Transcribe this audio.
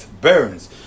burns